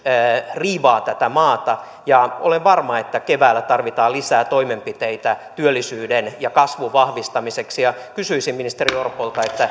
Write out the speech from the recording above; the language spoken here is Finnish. riivaa tätä maata ja olen varma että keväällä tarvitaan lisää toimenpiteitä työllisyyden ja kasvun vahvistamiseksi kysyisin ministeri orpolta